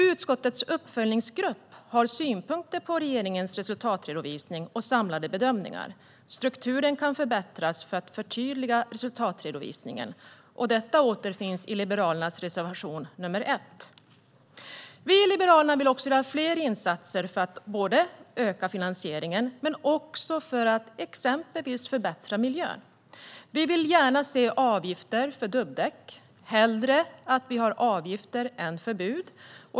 Utskottets uppföljningsgrupp har synpunkter på regeringens resultatredovisning och samlade bedömningar. Strukturen kan förbättras för att förtydliga resultatredovisningen. Detta återfinns i Liberalernas reservation 1. Vi i Liberalerna vill också göra fler insatser för att både öka finansieringen och exempelvis förbättra miljön. Vi vill gärna se avgifter för dubbdäck - hellre avgifter än förbud.